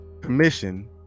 commission